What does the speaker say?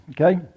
Okay